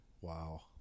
Wow